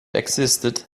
existed